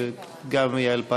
וגם יעל.